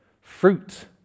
Fruit